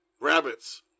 rabbits